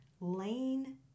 Lane